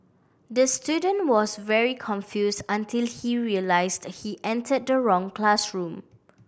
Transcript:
the student was very confused until he realised he entered the wrong classroom